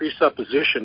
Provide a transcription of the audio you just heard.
presupposition